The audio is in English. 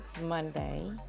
Monday